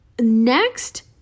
Next